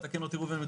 - תקן אותי ראובן,